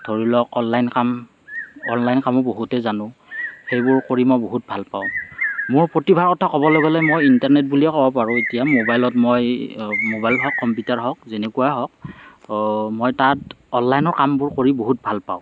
ধৰি লওঁক অনলাইন কাম অনলাইন কামো বহুতেই জানো সেইবোৰ কৰি মই বহুত ভাল পাওঁ মোৰ প্ৰতিভাৰ কথা ক'বলৈ গ'লে মই ইণ্টাৰনেট বুলিয়েই ক'ব পাৰো এতিয়া মোবাইলত মই মোবাইল হওঁক কম্পিউটাৰ হওঁক যেনেকুৱা হওঁঁক মই তাত অনলাইনৰ কামবোৰ কৰি বহুত ভাল পাওঁ